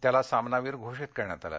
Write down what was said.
त्याला सामनावीर घोषित करण्यात आलं